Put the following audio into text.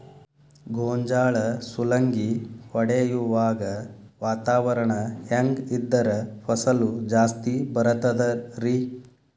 ಗೋಂಜಾಳ ಸುಲಂಗಿ ಹೊಡೆಯುವಾಗ ವಾತಾವರಣ ಹೆಂಗ್ ಇದ್ದರ ಫಸಲು ಜಾಸ್ತಿ ಬರತದ ರಿ?